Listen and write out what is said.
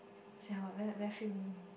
siao like very few only